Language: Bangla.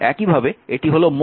একইভাবে এটি হল মো